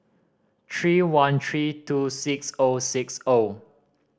three one three two six O six O